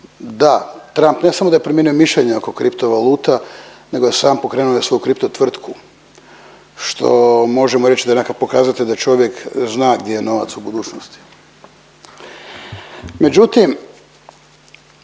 da Trump ne samo da je promijeni mišljenje oko kriptovaluta nego je sam pokrenuo i svoju kripto tvrtku što možemo reći da je nekakav pokazatelj da čovjek zna gdje je novac u budućnosti. Međutim,